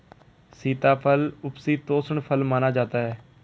सीताफल उपशीतोष्ण फल माना जाता है